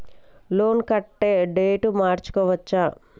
Loan కట్టే date మార్చుకోవచ్చా?